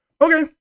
Okay